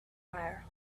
fire